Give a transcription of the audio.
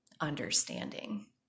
understanding